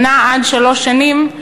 שנה עד שלוש שנים,